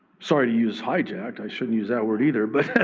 sorry to use hijacked. i shouldn't use that word either. but,